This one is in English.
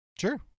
Sure